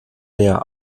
der